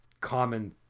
common